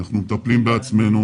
אנחנו מטפלים בעצמנו.